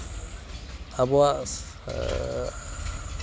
ᱟᱵᱚᱣᱟᱜ